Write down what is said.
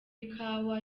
ikawa